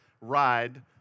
ride